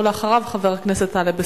לאחריו, חבר הכנסת טלב אלסאנע.